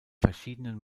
verschiedenen